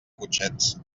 cotxets